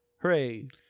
Hooray